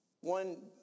One